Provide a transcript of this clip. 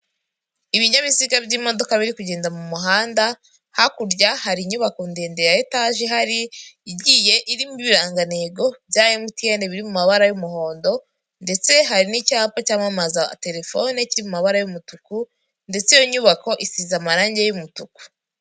Ibinyabiziga by'imodoka biri kugenda mu muhanda, hakurya hari inyubako ndende ya etage ihari igiye irimo ibirangantego bya MTN biri mabara y'umuhondo, ndetse hari n'icyapa cyamamaza telefone kiri mu mabara y'umutuku, ndetse iyo nyubako isize amarangi y'umutuku.